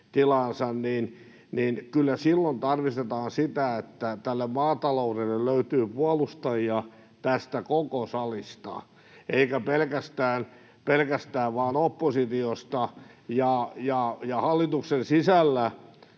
niin kyllä silloin tarkistetaan sitä, että tälle maataloudelle löytyy puolustajia tästä koko salista eikä pelkästään vain oppositiosta. Hallituksen sisällä